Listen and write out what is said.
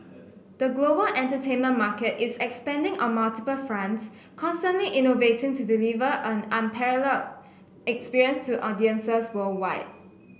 the global entertainment market is expanding on multiple fronts constantly innovating to deliver an experience to audiences worldwide